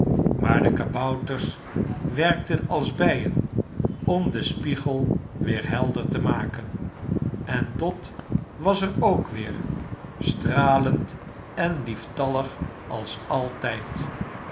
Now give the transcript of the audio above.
maar de kabouters werkten als bijen om den spiegel weer helder te maken en dot was er ook weer stralend en lieftallig als altijd